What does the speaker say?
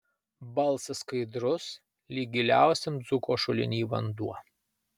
balsas skaidrus lyg giliausiam dzūko šuliny vanduo